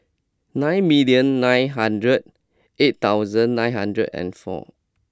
nine million nine hundred eight thousand nine hundred and four